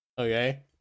okay